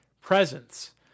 presence